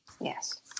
Yes